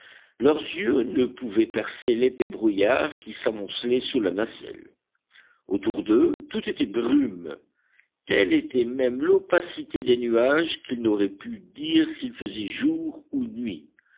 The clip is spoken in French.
leurs yeux ne pouvaient percer l'épais brouillard qui s'amoncelait sous la nacelle autour d'eux tout était brume telle était même l'opacité des nuages qu'ils n'auraient pu dire s'il faisait jour ou nuit